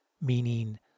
meaning